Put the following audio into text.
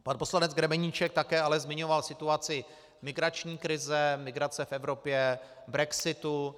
Pan poslanec Grebeníček také ale zmiňoval situaci migrační krize, migrace v Evropě, brexitu.